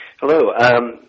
Hello